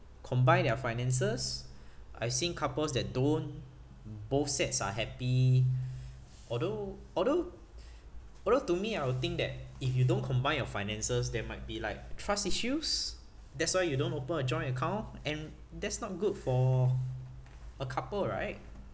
combine their finances I seen couples that don't both sets are happy although although although to me I will think that if you don't combine your finances there might be like trust issues that's why you don't open a joint account and that's not good for a couple right